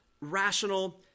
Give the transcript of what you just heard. rational